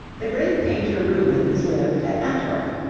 the great painter rubens lived at antwerp,